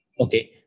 okay